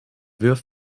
wirf